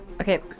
Okay